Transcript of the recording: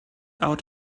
out